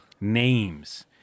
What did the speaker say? names